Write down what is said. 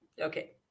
Okay